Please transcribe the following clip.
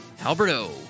Alberto